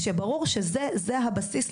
כשברור שזה הבסיס,